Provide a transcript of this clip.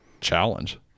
challenge